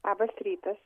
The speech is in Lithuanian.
labas rytas